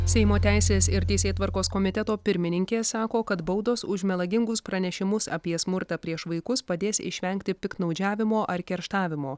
seimo teisės ir teisėtvarkos komiteto pirmininkė sako kad baudos už melagingus pranešimus apie smurtą prieš vaikus padės išvengti piktnaudžiavimo ar kerštavimo